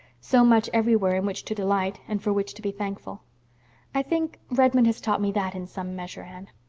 so much everywhere in which to delight, and for which to be thankful i think redmond has taught me that in some measure, anne.